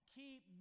keep